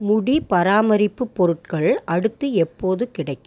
முடி பராமரிப்பு பொருட்கள் அடுத்து எப்போது கிடைக்கும்